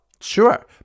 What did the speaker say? Sure